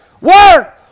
Work